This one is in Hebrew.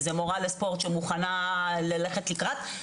איזו מורה לספורט שמוכנה ללכת לקראת.